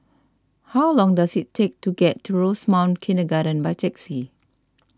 how long does it take to get to Rosemount Kindergarten by taxi